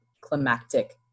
climactic